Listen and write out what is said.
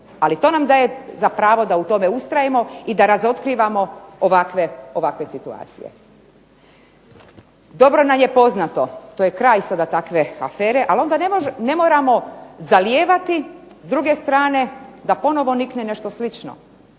Ali to nam daje za pravo da u tome ustrajemo i da razotkrivamo ovakve situacije. Dobro nam je poznato, to je kraj sada takve afere, ali onda ne moramo zalijevati s druge strane da ponovo nikne nešto slično,